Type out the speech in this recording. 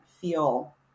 feel